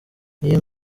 ngiyo